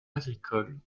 agricole